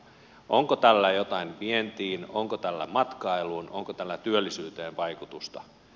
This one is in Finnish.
onko tällä jotain vientiin onko tällä matkailuun onko tällä työllisyyteen vaikutusta